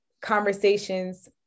conversations